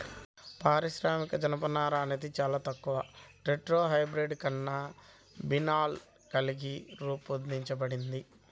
పారిశ్రామిక జనపనార అనేది చాలా తక్కువ టెట్రాహైడ్రోకాన్నబినాల్ కలిగి రూపొందించబడింది